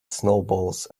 snowballs